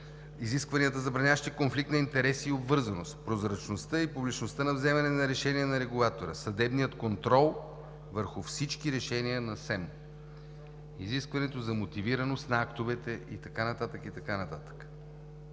изискванията, забраняващи конфликт на интереси и обвързаност, прозрачността и публичността на вземане на решения на регулатора, съдебният контрол върху всички решения на Съвета за електронни медии, изискването за мотивираност на актовете и така нататък,